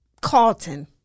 Carlton